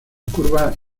curvas